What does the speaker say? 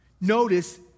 Notice